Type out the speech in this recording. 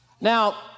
Now